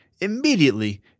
immediately